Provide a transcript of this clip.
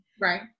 Right